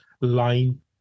line